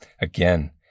again